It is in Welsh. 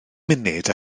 munud